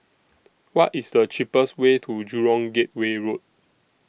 What IS The cheapest Way to Jurong Gateway Road